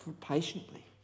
patiently